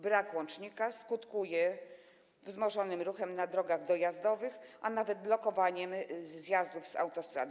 Brak łącznika skutkuje wzmożonym ruchem na drogach dojazdowych, a nawet blokowaniem zjazdów z autostrady.